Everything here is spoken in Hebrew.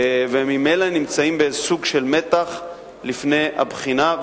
הם ממילא נמצאים בסוג של מתח לפני הבחינה.